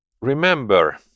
Remember